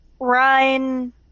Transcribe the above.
Ryan